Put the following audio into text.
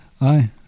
Aye